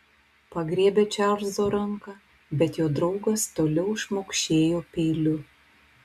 pagriebė čarlzo ranką bet jo draugas toliau šmaukšėjo peiliu